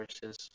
versus